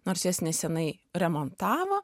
nors jas nesenai remontavo